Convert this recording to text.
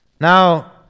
Now